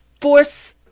force